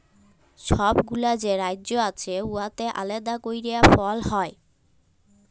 ছব গুলা যে রাজ্য আছে উয়াতে আলেদা ক্যইরে ফল হ্যয়